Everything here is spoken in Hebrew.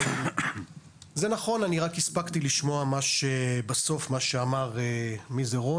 אני רק הספקתי לשמוע ממש בסוף מה שאמר אופיר.